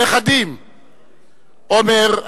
הנכדים עומר,